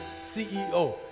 CEO